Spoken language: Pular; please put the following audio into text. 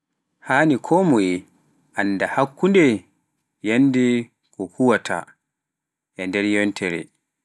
Haani konmoye annde hannunde yannde kuuwaata e nder yontereeji.